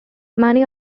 many